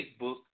Facebook